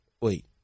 Wait